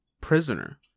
prisoner